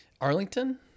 Arlington